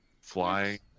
flying